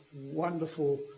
wonderful